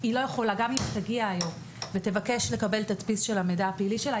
גם אם היא תגיע היום ותבקש לקבל תדפיס של המידע הפלילי שלה,